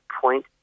point